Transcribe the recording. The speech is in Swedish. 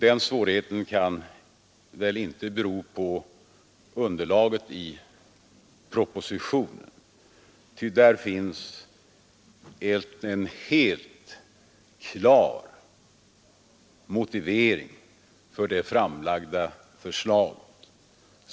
Den svårigheten kan inte bero på underlaget i propositionen, ty där finns en helt klar motivering för det framlagda förslaget.